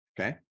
Okay